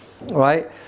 right